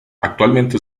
actualmente